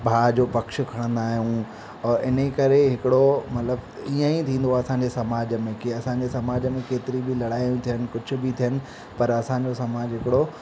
भाउ जो पक्ष खणंदा आहियूं और इन ई करे हिकिड़ो मतिलबु ईअं ई थींदो आहे असांजे समाज में की असांजे समाज में केतिरी बि लड़ाइयूं थियनि कुझ बि थियनि पर असांजो समाजु हिकिड़ो